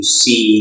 see